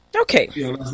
Okay